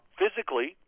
physically